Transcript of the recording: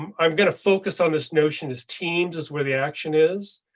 um i'm gonna focus on this notion is teams is where the action is,